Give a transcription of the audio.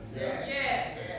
Yes